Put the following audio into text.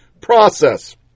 process